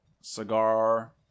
cigar